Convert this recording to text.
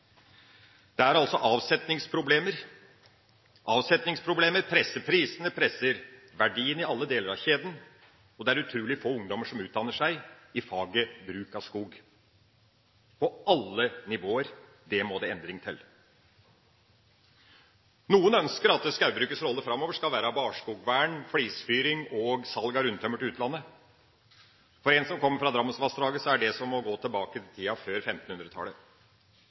Det er altså avsetningsproblemer. Avsetningsproblemer presser prisene, presser verdiene i alle deler av kjeden, og det er utrolig få ungdommer som utdanner seg i faget bruk av skog, på alle nivåer. Der må det endring til. Noen ønsker at skogbrukets rolle framover skal være barskogvern, flisfyring og salg av rundtømmer til utlandet. For en som kommer fra Drammensvassdraget, er det som å gå tilbake til tida før